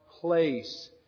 place